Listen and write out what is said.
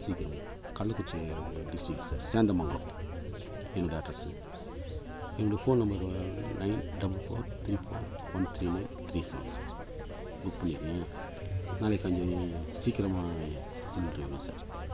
சீக்கிரம் Kallakurichi district sir Sendamangalam என்னுடைய address என்னுடைய phone number nine double four three four one three nine three seven sir book பண்ணிக்கோங்க நாளைக்கு கொஞ்சம் சீக்கிரமாக சிலிண்ட்ரு வேணும் சார்